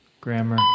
grammar